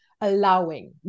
allowing